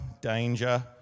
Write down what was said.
danger